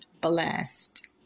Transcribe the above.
blessed